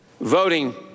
voting